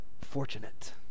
fortunate